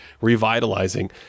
revitalizing